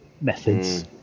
methods